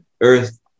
Earth